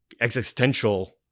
existential